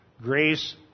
Grace